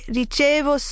ricevo